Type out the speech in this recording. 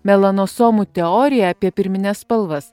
melanasomų teoriją apie pirmines spalvas